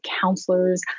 counselors